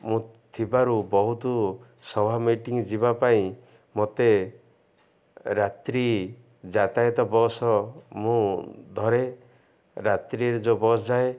ମୁଁ ଥିବାରୁ ବହୁତ ସଭା ମିଟିଂ ଯିବା ପାଇଁ ମୋତେ ରାତ୍ରି ଯାତାୟତ ବସ୍ ମୁଁ ଧରେ ରାତ୍ରିରେ ଯେଉଁ ବସ୍ ଯାଏ